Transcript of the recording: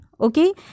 okay